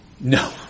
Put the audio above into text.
No